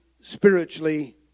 spiritually